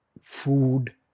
food